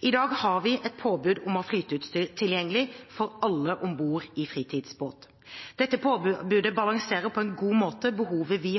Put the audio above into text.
I dag har vi et påbud om å ha flyteutstyr tilgjengelig for alle om bord i fritidsbåt. Dette påbudet balanserer på en god måte behovet vi